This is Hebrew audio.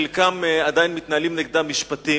חלקם עדיין מתנהלים נגדם משפטים,